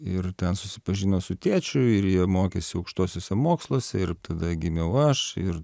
ir ten susipažino su tėčiu ir jie mokėsi aukštuosiuose moksluose ir tada gimiau aš ir